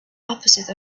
opposite